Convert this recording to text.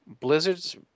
Blizzard's